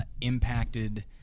impacted